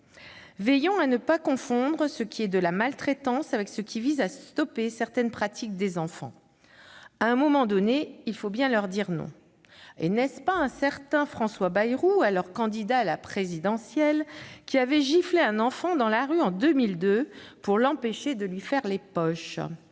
Veillons à ne pas confondre ce qui relève de la maltraitance avec ce qui vise à mettre un terme à certaines pratiques des enfants. À un moment donné, il faut bien leur dire « non ». N'est-ce pas un certain François Bayrou, alors candidat à l'élection présidentielle, qui, en 2002, avait giflé un enfant dans la rue pour l'empêcher de lui faire les poches ?